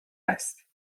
است